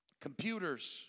Computers